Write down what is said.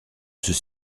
ceux